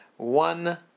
One